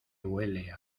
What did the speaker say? huele